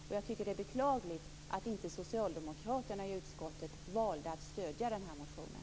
Jag tycker att det är beklagligt att inte socialdemokraterna i utskottet valt att stödja motionen.